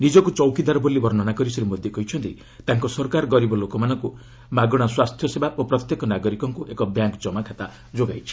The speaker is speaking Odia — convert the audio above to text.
ନିଜକୁ ଚୌକିଦାର ବୋଲି ବର୍ଷନା କରି ଶ୍ରୀ ମୋଦି କହିଛନ୍ତି ତାଙ୍କ ସରକାର ଗରିବ ଲୋକମାନଙ୍କୁ ମାଗଣା ସ୍ୱାସ୍ଥ୍ୟ ସେବା ଓ ପ୍ରତ୍ୟେକ ନାଗରିକଙ୍କୁ ଏକ ବ୍ୟାଙ୍କ୍ ଜମା ଖାତା ଯୋଗାଇଛି